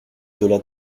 delà